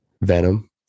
Venom